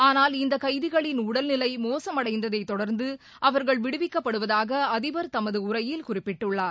ஆனால் இந்தக் கைதிகளின் உடல்நிலை மோசமடைந்ததைத் தொடர்ந்து அவர்கள் விடுவிக்கப்படுவதாக அதிபர் தமது உரையில் குறிப்பிட்டுள்ளார்